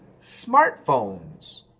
smartphones